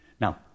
Now